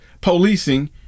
policing